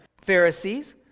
Pharisees